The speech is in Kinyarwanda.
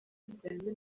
bijyanye